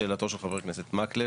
לשאלתו של חבר הכנסת מקלב,